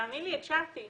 תאמין לי, הקשבתי.